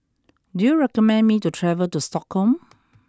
do you recommend me to travel to Stockholm